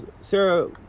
Sarah